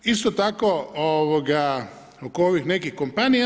Isto tako, oko ovih nekih kompanija.